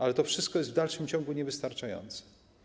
Ale to wszystko jest w dalszym ciągu niewystarczające.